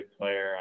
player